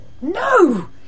No